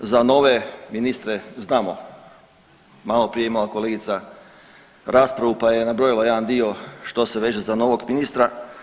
Za nove ministre znamo, maloprije je imala kolegica raspravu pa je nabrojala jedan dio što se veže za novog ministra.